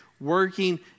Working